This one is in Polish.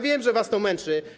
Wiem, że was to męczy.